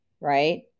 right